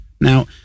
Now